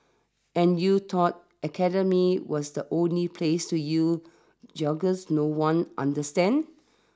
and you thought academia was the only place to use jargons no one understands